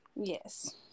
Yes